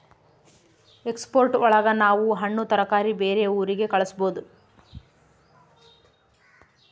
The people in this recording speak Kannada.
ಎಕ್ಸ್ಪೋರ್ಟ್ ಒಳಗ ನಾವ್ ಹಣ್ಣು ತರಕಾರಿ ಬೇರೆ ಊರಿಗೆ ಕಳಸ್ಬೋದು